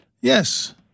Yes